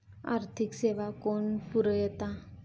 आर्थिक सेवा कोण पुरयता?